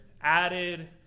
added